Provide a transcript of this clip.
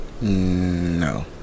No